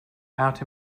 out